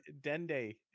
Dende